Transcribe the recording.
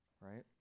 right